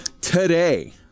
Today